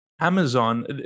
Amazon